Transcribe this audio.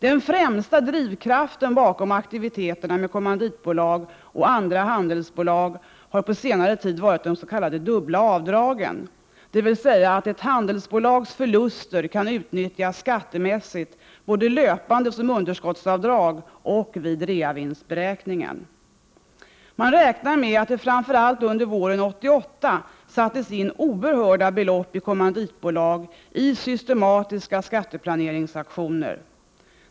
Den främsta drivkraften bakom aktiviteterna med kommanditbolag och andra handelsbolag har på senare tid varit de s.k. dubbla avdragen, dvs. att ett handelsbolags förluster kan utnyttjas skattemässigt både löpande som underskottsavdrag och vid reavinstberäkningen. Man räknar med att det framför allt under våren 1988 sattes in oerhörda belopp i kommanditbolag i systematiska skatteplaneringsaktioner.